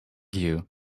you